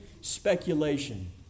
speculation